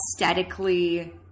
aesthetically